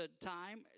time